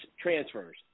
transfers